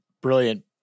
brilliant